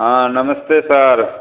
हाँ नमस्ते सर